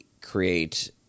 create